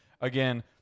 again